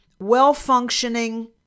well-functioning